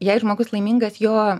jei žmogus laimingas jo